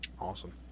Awesome